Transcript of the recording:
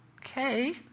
Okay